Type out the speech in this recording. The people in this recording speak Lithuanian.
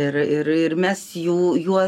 ir ir ir mes jų juo